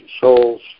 souls